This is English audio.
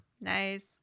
Nice